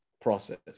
process